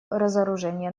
разоружения